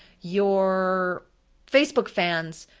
your facebook fans,